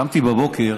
קמתי בבוקר